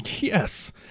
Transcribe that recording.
Yes